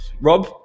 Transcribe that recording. Rob